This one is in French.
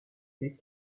les